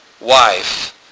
wife